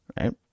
right